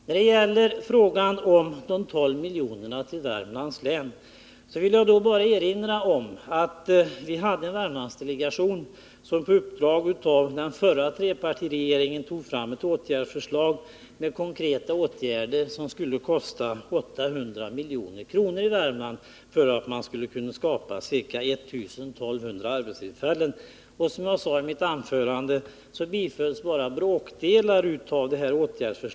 När det gäller frågan om de 12 miljonerna till Värmlands län vill jag bara erinra om att vi hade en Värmlandsdelegation som på uppdrag av den förra trepartiregeringen tog fram ett paket med konkreta åtgärder som skulle kosta 800 milj.kr. för att skapa ca 1 200 arbetstillfällen i Värmland. Som jag sade i mitt förra anförande bifölls bara bråkdelen av detta åtgärdspaket.